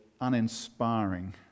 uninspiring